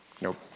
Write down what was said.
Nope